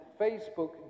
Facebook